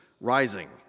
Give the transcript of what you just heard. rising